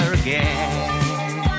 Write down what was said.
again